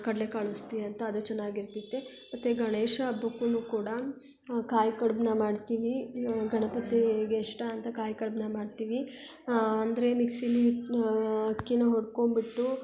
ಕಡಲೆ ಕಾಳು ಉಸಲಿ ಅಂತ ಅದೂ ಚೆನ್ನಾಗಿರ್ತೈತೆ ಮತ್ತು ಗಣೇಶ ಹಬ್ಬಕ್ಕುನು ಕೂಡ ಕಾಯಿ ಕಡ್ಬನ್ನ ಮಾಡ್ತೀವಿ ಗಣಪತಿಗೆ ಇಷ್ಟ ಅಂತ ಕಾಯಿ ಕಡ್ಬನ್ನ ಮಾಡ್ತೀವಿ ಅಂದರೆ ಮಿಕ್ಸಿಲಿ ಅಕ್ಕಿನ ಹುರ್ಕೊಂಡ್ಬಿಟ್ಟು